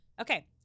Okay